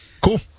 cool